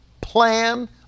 plan